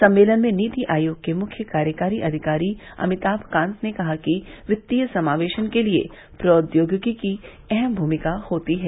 सम्मेलन में नीति आयोग के मुख्य कार्यकारी अधिकारी अमिताभ कांत ने कहा कि वित्तीय समावेशन के लिए प्रौद्योगिकी की अहम भूमिका होती है